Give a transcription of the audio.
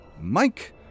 Mike